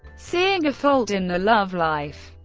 seeing a fault in their love life,